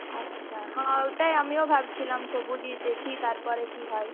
আচ্ছা হ্যাঁ ওটাই আমিও ভাবছিলাম সবুজই দেখি তারপরে কি হয়